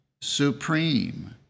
supreme